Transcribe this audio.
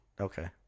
Okay